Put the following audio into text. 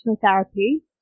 therapy